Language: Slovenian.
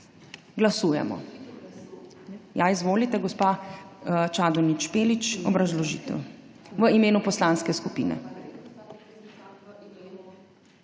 Ja, izvolite, gospa Čadonič Špelič, obrazložitev v imenu poslanske skupine.